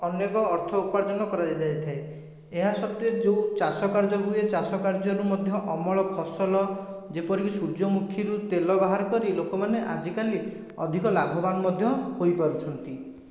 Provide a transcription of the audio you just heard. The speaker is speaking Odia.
ଅନେକ ଅର୍ଥ ଉପାର୍ଜନ କରାଯାଇଥାଏ ଏହା ସତ୍ତ୍ଵେ ଯେଉଁ ଚାଷ କାର୍ଯ୍ୟ ହୁଏ ଚାଷ କାର୍ଯ୍ୟରୁ ମଧ୍ୟ ଅମଳ ଫସଲ ଯେପରିକି ସୂର୍ଯ୍ୟମୁଖୀରୁ ତେଲ ବାହାର କରି ଲୋକମାନେ ଆଜିକାଲି ଅଧିକ ଲାଭବାନ ମଧ୍ୟ ହୋଇପାରୁଛନ୍ତି